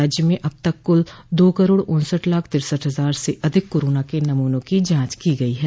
राज्य में अब तक कूल दो करोड़ उन्सठ लाख तिरसठ हजार से अधिक कोरोना के नमूनों की जांच की गई है